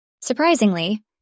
Surprisingly